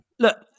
Look